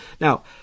Now